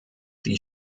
die